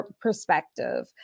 perspective